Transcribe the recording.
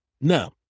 Now